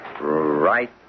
Right